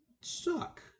suck